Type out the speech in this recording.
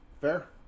Fair